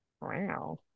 wow